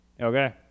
Okay